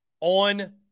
on